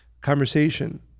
conversation